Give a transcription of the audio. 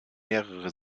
mehrere